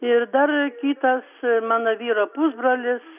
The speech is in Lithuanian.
ir dar kitas mano vyro pusbrolis